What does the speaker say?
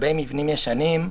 לגבי מבנים ישנים,